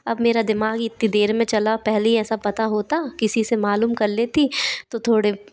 अब मेरा दिमाग़ ही इतनी देर में चला पहले ही ऐसा पता होता किसी से मालूम कर लेती तो थोड़े